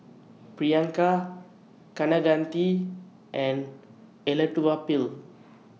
Priyanka Kaneganti and Elattuvalapil